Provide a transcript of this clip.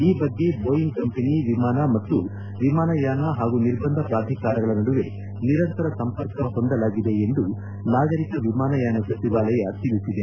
ಈ ಬಗ್ಗೆ Boeing company ವಿಮಾನ ಮತ್ತು ವಿಮಾನಯಾನ ಹಾಗೂ ನಿರ್ಬಂಧ ಪ್ರಾಧಿಕಾರಗಳ ನಡುವೆ ನಿರಂತರ ಸಂಪರ್ಕ ಹೊಂದಲಾಗಿದೆ ಎಂದು ನಾಗರಿಕ ವಿಮಾನಯಾನ ಸಚಿವಾಲಯ ತಿಳಿಸಿದೆ